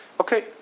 Okay